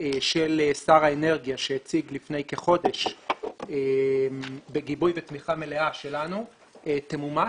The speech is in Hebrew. של שר האנרגיה שהציג לפני כחודש בגיבוי ותמיכה מלאה שלנו תמומש,